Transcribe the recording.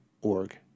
org